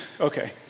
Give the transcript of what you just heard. Okay